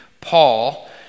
Paul